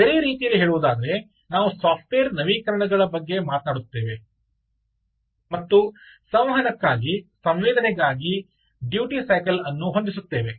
ಬೇರೆ ರೀತಿಯಲ್ಲಿ ಹೇಳುವುದಾದರೆ ನಾವು ಸಾಫ್ಟ್ವೇರ್ ನವೀಕರಣಗಳ ಬಗ್ಗೆ ಮಾತನಾಡುತ್ತೇವೆ ಮತ್ತು ಸಂವಹನಕ್ಕಾಗಿ ಸಂವೇದನೆಗಾಗಿ ಡ್ಯೂಟಿ ಸೈಕಲ್ ಅನ್ನು ಹೊಂದಿಸುತ್ತೇವೆ